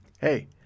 hey